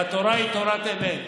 התורה היא תורת אמת.